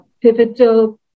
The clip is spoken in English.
pivotal